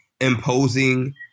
imposing